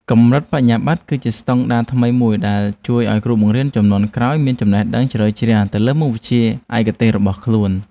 កម្រិតបរិញ្ញាបត្រគឺជាស្តង់ដារថ្មីមួយដែលជួយឱ្យគ្រូបង្រៀនជំនាន់ក្រោយមានចំណេះដឹងជ្រៅជ្រះទៅលើមុខវិជ្ជាឯកទេសរបស់ខ្លួន។